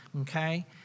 Okay